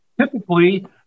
Typically